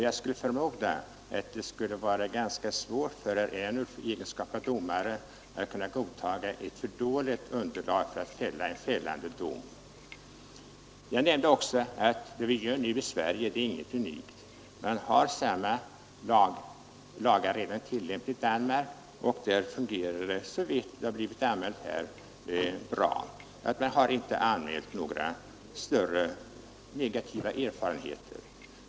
Jag förmodar att det skulle vara ganska svårt för herr Ernulf att i egenskap av domare godta ett för bristfälligt underlag vid avkunnandet av en fällande dom. Jag nämnde ock att vad vi nu gör i Sverige inte är någonting unikt. Man har samma lagar i tillämpning även i Danmark, och där fungerar de, såvitt vi vet, bra. Man har åtminstone inte anmält några större negativa erfarenheter.